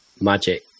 magic